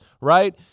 right